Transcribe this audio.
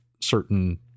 certain